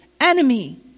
enemy